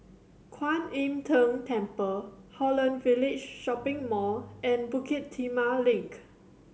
Kwan Im Tng Temple Holland Village Shopping Mall and Bukit Timah Link